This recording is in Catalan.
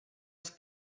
els